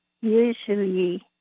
usually